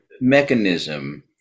mechanism